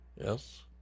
Yes